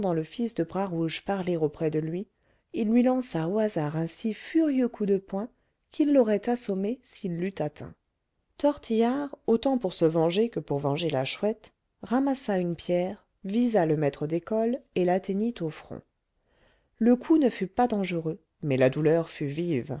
le fils de bras rouge parler auprès de lui il lui lança au hasard un si furieux coup de poing qu'il l'aurait assommé s'il l'eût atteint tortillard autant pour se venger que pour venger la chouette ramassa une pierre visa le maître d'école et l'atteignit au front le coup ne fut pas dangereux mais la douleur fut vive